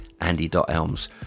andy.elms